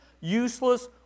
useless